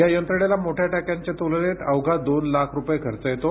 या यंत्रणेला मोठ्या टाक्यांच्या तुलनेत अवघा दोन लाख रुपये खर्च येतो